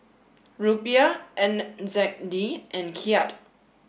Rupiah and N Z D and Kyat